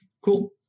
cool